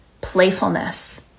playfulness